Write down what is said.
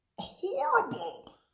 Horrible